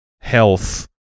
health